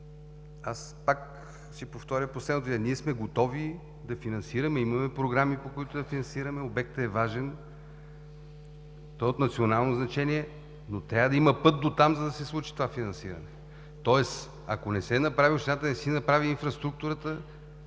Бонев, ще повторя – ние сме готови да финансираме. Имаме програми, по които да финансираме. Обектът е важен и е от национално значение, но трябва да има път до там, за да се случи това финансиране. Ако общината не направи инфраструктурата,